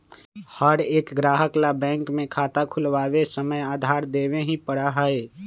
हर एक ग्राहक ला बैंक में खाता खुलवावे समय आधार देवे ही पड़ा हई